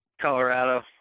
Colorado